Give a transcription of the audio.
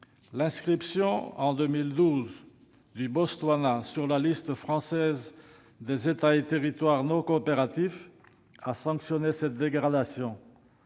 L'inscription en 2012 du Botswana sur la liste française des États et territoires non coopératifs a sanctionné cette dégradation.